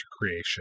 creation